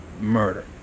murder